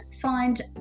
find